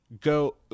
go